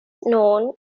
known